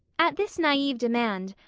at this naive demand,